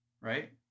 Right